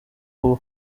kuba